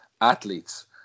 athletes